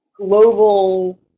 global